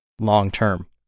long-term